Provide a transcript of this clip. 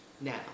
Now